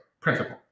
principle